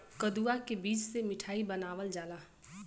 कदुआ के बीज से मिठाई बनावल जाला